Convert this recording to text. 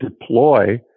deploy